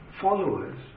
followers